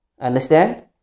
Understand